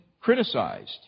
criticized